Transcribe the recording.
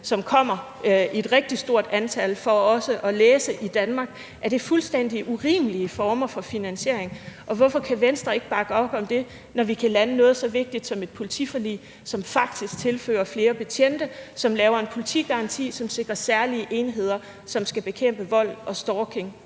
som kommer i et rigtig stort antal for at læse i Danmark? Er det nogle fuldstændig urimelige former for finansiering? Og hvorfor kan Venstre ikke bakke op om det, når vi kan lande noget så vigtigt som et politiforlig, som faktisk tilfører flere betjente, som laver en politigaranti, og som sikrer særlige enheder, som skal bekæmpe vold og stalking